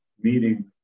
meeting